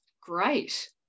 great